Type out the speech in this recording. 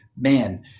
man